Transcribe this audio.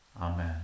Amen